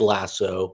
Lasso